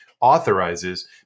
authorizes